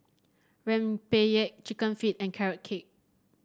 rempeyek chicken feet and Carrot Cake